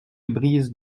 brise